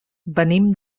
venim